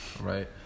Right